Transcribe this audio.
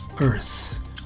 earth